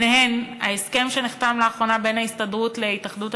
וביניהן ההסכם שנחתם לאחרונה בין ההסתדרות להתאחדות